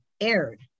aired